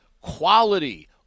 quality